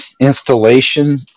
installation